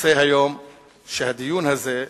רוצה היום שהדיון הזה,